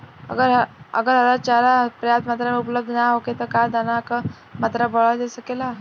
अगर हरा चारा पर्याप्त मात्रा में उपलब्ध ना होखे त का दाना क मात्रा बढ़ावल जा सकेला?